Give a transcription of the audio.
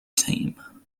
team